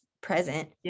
present